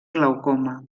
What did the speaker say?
glaucoma